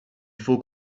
faut